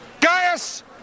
Gaius